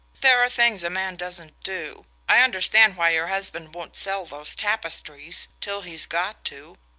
there are things a man doesn't do. i understand why your husband won't sell those tapestries till he's got to.